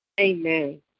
Amen